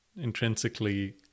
intrinsically